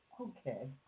Okay